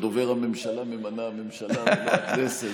את דובר הממשלה ממנה הממשלה ולא הכנסת.